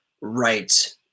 right